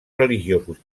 religiosos